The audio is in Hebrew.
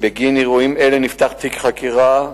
בגין אירועים אלה נפתח תיק חקירה.